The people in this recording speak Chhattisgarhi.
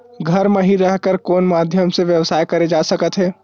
घर म हि रह कर कोन माध्यम से व्यवसाय करे जा सकत हे?